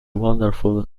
wonderful